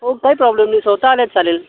हो काही प्रॉब्लेम नाही स्वतः आले चालेल